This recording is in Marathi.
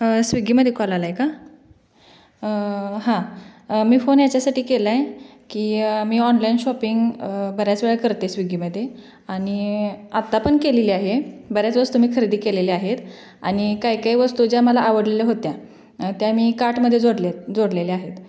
स्विग्गीमध्ये कॉल आला आहे का हा मी फोन याच्यासाठी केला आहे की मी ऑनलाईन शॉपिंग बऱ्याच वेळा करते स्वीगीमध्ये आणि आत्ता पण केलेली आहे बऱ्याच वस्तू मी खरेदी केलेल्या आहेत आणि काही काही वस्तू ज्या मला आवडलेल्या होत्या त्या मी कार्टमध्ये जोडल्यात जोडलेल्या आहेत